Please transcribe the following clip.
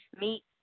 meet